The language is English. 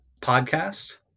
podcast